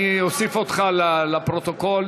אני אוסיף אותך לפרוטוקול.